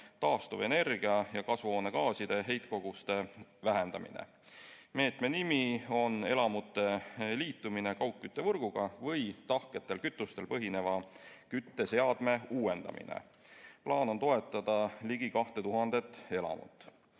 taastuvenergia ja kasvuhoonegaaside heitkoguste vähendamine. Meetme nimi on "Elamute liitumine kaugküttevõrguga või tahketel kütustel põhineva kütteseadme uuendamine". Plaan on toetada ligi kahte tuhandet elamut.